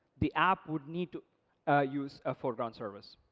the app would need to use a foreground service.